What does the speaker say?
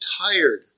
tired